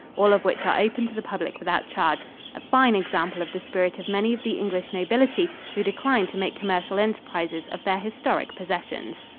all of which are open to the public without charge a fine example of the spirit of many of the english nobility who decline to make commercial enterprises of their historic possessions.